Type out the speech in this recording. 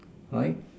right